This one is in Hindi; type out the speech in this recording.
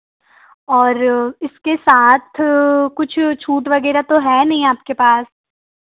और इसके साथ कुछ छूट वगेरह तो है नहीं आपके पास